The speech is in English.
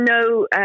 no